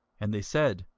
and they said,